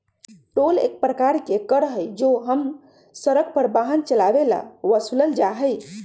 toll एक प्रकार के कर हई जो हम सड़क पर वाहन चलावे ला वसूलल जाहई